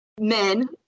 Men